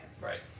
right